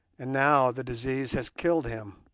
and now the disease has killed him,